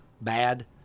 bad